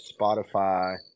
Spotify